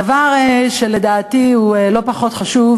דבר שלדעתי הוא לא פחות חשוב,